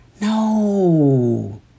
No